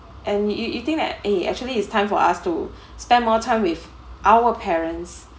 and y~ you think that eh actually it's time for us to spend more time with our parents